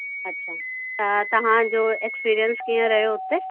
अच्छा त तव्हां जो एक्सपीरिएंस कीअं रहियो हुते